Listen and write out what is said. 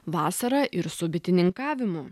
vasarą ir su bitininkavimu